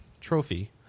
Trophy